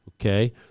Okay